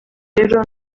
rero